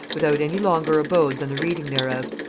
without any longer abode than the reading thereof,